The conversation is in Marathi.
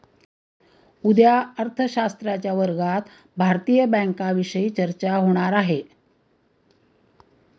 उद्या अर्थशास्त्राच्या वर्गात भारतीय बँकांविषयी चर्चा होणार आहे